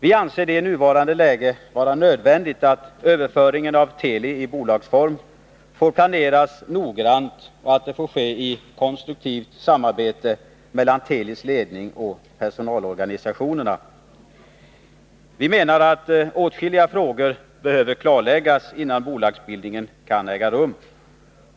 I nuvarande läge anser vi det nödvändigt att överföringen av Teli till bolagsform planeras noggrant och i konstruktivt samarbete mellan Telis ledning och personalorganisationerna. Vi menar att åtskilliga frågor behöver klarläggas innan bolagsbildningen kan äga rum.